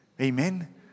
Amen